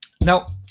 Now